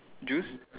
juice